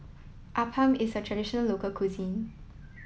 Appam is a traditional local cuisine